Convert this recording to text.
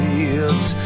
Fields